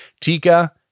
Tika